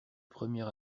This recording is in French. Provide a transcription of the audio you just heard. premier